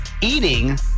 eating